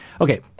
Okay